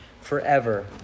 forever